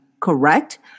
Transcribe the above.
correct